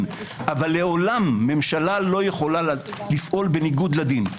אבל לעולם ממשלה לא יכולה לפעול בניגוד לדין.